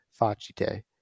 facite